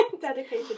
dedicated